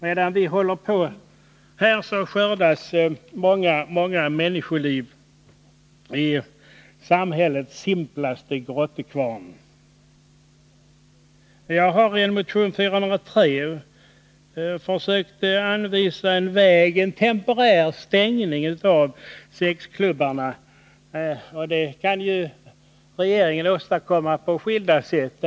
Medan vi håller på så här skördas många, många människoliv i samhällets simplaste grottekvarn. I motion 403 har jag försökt att anvisa en väg att gå. Jag har nämligen föreslagit en temporär stängning av sexklubbarna. Det kan regeringen åstadkomma på skilda sätt.